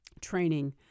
training